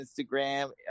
Instagram